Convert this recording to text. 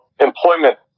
employment